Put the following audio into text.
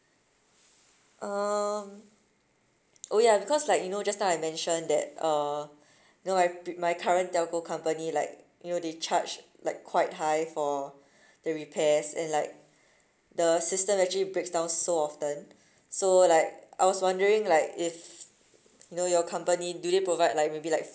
um oh ya because like you know just now I mentioned that uh you know my pre~ my current telco company like you know they charge like quite high for the repairs and like the system actually breaks down so often so like I was wondering like if you know your company do they provide like maybe like